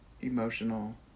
emotional